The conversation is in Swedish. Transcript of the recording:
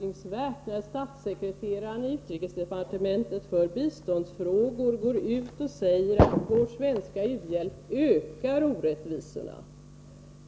Herr talman! Det är ändå mycket anmärkningsvärt när utrikesdepartementets statssekreterare för biståndsfrågor går ut och säger att vår svenska u-hjälp ökar orättvisorna.